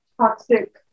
toxic